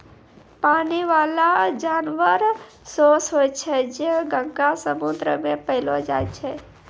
पानी बाला जानवर सोस होय छै जे गंगा, समुन्द्र मे पैलो जाय छै